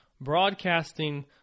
broadcasting